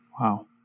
Wow